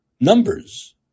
numbers